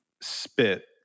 spit